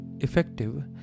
effective